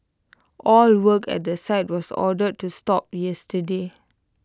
all work at the site was ordered to stop yesterday